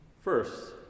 First